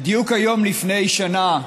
בדיוק היום לפני שנה,